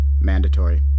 Mandatory